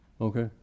Okay